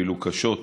אפילו קשות,